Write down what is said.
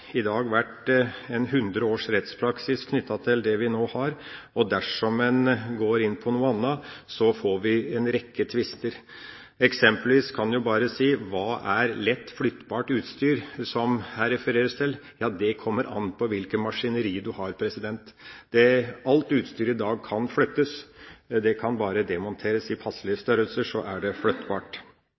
i dag, og dersom man begynner med noe annet, får vi en rekke tvister. Som eksempel kan vi spørre: Hva er lett flyttbart utstyr, som det refereres til her? Ja, det kommer an på hva slags maskineri du har. Alt utstyr kan i dag flyttes. Det kan demonteres i passelige størrelser, og dermed er det flyttbart.